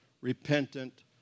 repentant